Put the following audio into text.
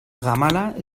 ramallah